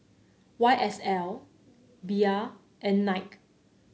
Y S L Bia and Knight